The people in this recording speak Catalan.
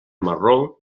marró